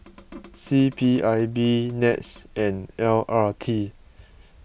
C P I B NETS and L R T